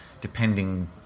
depending